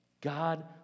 God